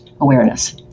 awareness